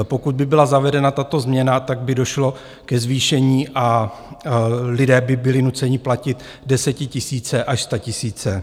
Pokud by byla zavedena tato změna, tak by došlo ke zvýšení a lidé by byli nuceni platit desetitisíce až statisíce.